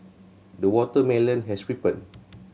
the watermelon has ripened